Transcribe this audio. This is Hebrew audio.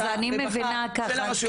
אז אני מבינה ככה,